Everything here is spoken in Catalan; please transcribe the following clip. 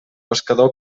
pescador